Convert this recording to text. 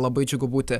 labai džiugu būti